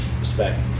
respect